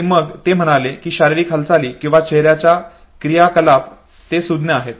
आणि मग ते म्हणाले की शारीरिक हालचाली आणि चेहऱ्याचा क्रियाकलाप हे सुज्ञ आहेत